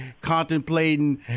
contemplating